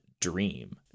dream